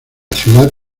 ciudad